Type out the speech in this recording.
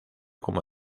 como